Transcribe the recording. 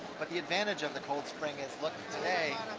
but the advantage of the cold spring is luckily today,